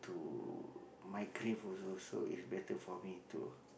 to my grave also so is better for me to